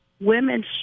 women